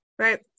Right